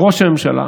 ראש הממשלה